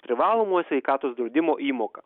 privalomojo sveikatos draudimo įmoką